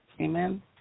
amen